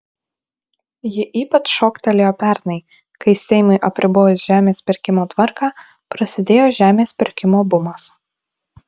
ji ypač šoktelėjo pernai kai seimui apribojus žemės pirkimo tvarką prasidėjo žemės pirkimo bumas